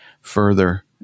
further